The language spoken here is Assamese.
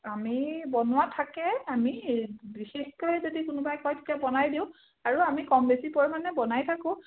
আমি বনোৱা থাকে আমি বিশেষকৈ যদি কোনোবাই কয় তেতিয়া বনাই দিওঁ আৰু আমি কম বেছি পৰিমাণে বনাই থাকোঁ